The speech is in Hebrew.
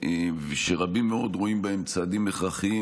ושרבים מאוד רואים בהם צעדים הכרחיים,